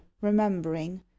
remembering